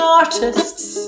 artists